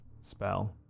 spell